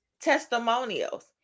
testimonials